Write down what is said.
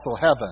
heaven